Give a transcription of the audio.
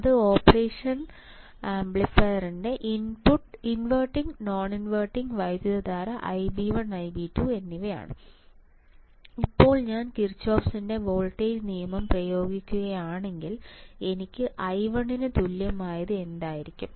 ഇത് ഓപ്പറേഷൻ ആംപ്ലിഫയറിന്റെ inverting noninverting വൈദ്യുതധാര Ib1 Ib2 എന്നിവയാണ് ഇപ്പോൾ ഞാൻ കിർചോഫിന്റെ വോൾട്ടേജ് നിയമം പ്രയോഗിക്കുകയാണെങ്കിൽ എനിക്ക് i1 ന് തുല്യമായത് എന്തായിരിക്കും